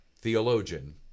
theologian